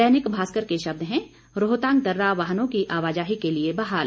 दैनिक भास्कर के शब्द हैं रोहतांग दर्रा वाहनों की आवाजाही के लिए बहाल